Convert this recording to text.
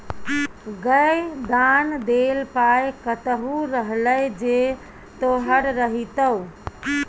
गै दान देल पाय कतहु रहलै जे तोहर रहितौ